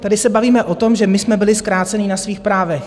Tady se bavíme o tom, že my jsme byli zkrácení na svých právech.